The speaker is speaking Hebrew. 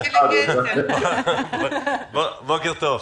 בוקר טוב.